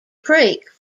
creek